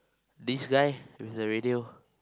this guy with the radio